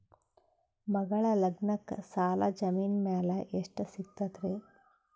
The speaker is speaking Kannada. ಮಗಳ ಲಗ್ನಕ್ಕ ಸಾಲ ಜಮೀನ ಮ್ಯಾಲ ಎಷ್ಟ ಸಿಗ್ತದ್ರಿ?